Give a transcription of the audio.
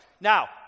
Now